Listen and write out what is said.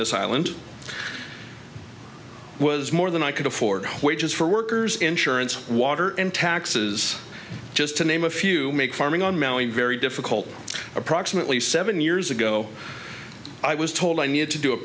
this island was more than i could afford wages for workers insurance water and taxes just to name a few make farming on mowing very difficult approximately seven years ago i was told i needed to do a